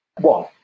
One